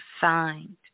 signed